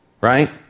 right